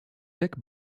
dick